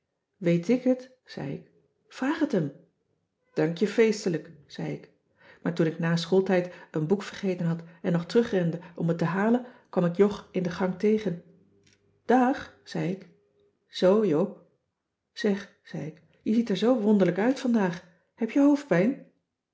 weet ik het zei ik vraag het hem dank je feestelijk zei ik maar toen ik na schooltijd een boek vergeten had en nog terugrende om het te halen kwam ik jog in de gang tegen dààg zei ik zoo joop zeg zei ik je ziet er zoo wonderlijk uit vandaag heb je hoofdpijn